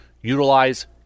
utilize